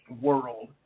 world